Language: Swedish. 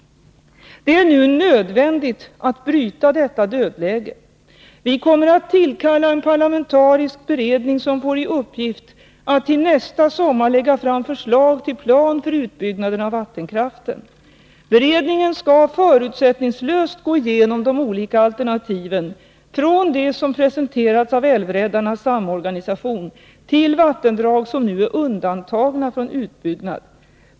Det är nu nödvändigt att bryta detta dödläge. Vi kommer att tillkalla en parlamentarisk beredning som får i uppgift att till nästa sommar lägga fram förslag till plan för utbyggnaden av vattenkraften. Beredningen skall förutsättningslöst gå igenom de olika alternativen — från det som presenterats av Älvräddarnas samorganisation till vattendrag som nu är undantagna från utbyggnad.